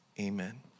amen